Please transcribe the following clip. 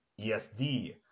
ESD